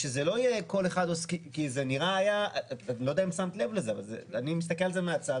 אני לא יודע אם שמת לב לזה אבל אני מסתכל על זה מהצד,